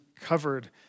covered